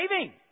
saving